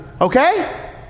Okay